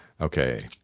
Okay